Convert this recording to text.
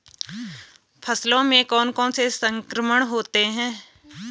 फसलों में कौन कौन से संक्रमण होते हैं?